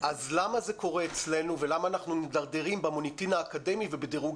אז למה זה קורה אצלנו ולמה אנחנו מתדרדרים במוניטין האקדמי ובדירוג